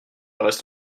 reste